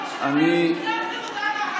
------ אתם תפסתם את כל המליאה.